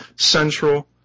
central